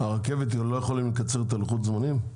לא יכולים לקצר את לוחות הזמנים של הרכבת?